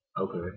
Okay